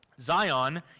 Zion